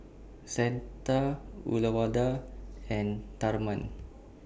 Santha Uyyalawada and Tharman